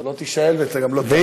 אתה לא תישאל, ואתה גם לא תענה.